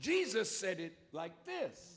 jesus said it like this